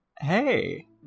hey